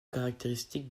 caractéristique